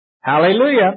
Hallelujah